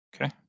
okay